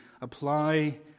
apply